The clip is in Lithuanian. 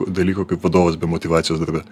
dalyko kaip vadovas be motyvacijos darbe